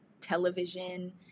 television